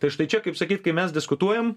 tai štai čia kaip sakyt kai mes diskutuojam